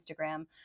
Instagram